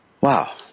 wow